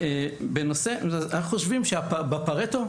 אנחנו חושבים שפארטו,